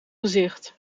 gezicht